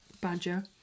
badger